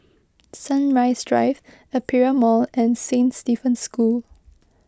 Sunrise Drive Aperia Mall and Saint Stephen's School